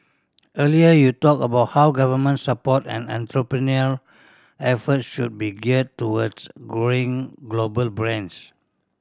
earlier you talked about how government support and entrepreneurial effort should be geared towards growing global brands